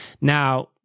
Now